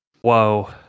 Whoa